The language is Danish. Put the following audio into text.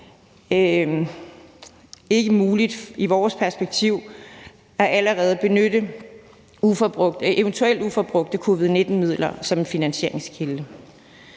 ikke muligt allerede at benytte eventuelt uforbrugte covid-19-midler som en finansieringskilde.